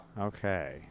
Okay